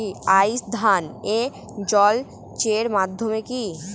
আউশ ধান এ জলসেচের মাধ্যম কি?